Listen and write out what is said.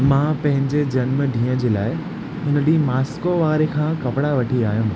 मां पंहिंजे जन्म ॾींहं जे लाइ हुन ॾींहुं मास्को वारे खां कपड़ा वठी आयुमि